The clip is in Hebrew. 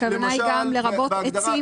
הכוונה היא גם "לרבות עצים,